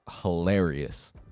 hilarious